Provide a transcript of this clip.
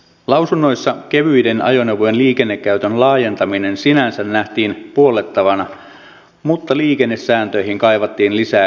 lausunnoissa kevyiden ajoneuvojen liikennekäytön laajentaminen sinänsä nähtiin puollettavana mutta liikennesääntöihin kaivattiin lisää yksiselitteisyyttä